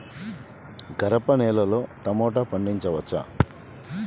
గరపనేలలో టమాటా పండించవచ్చా?